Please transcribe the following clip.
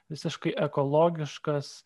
visiškai ekologiškas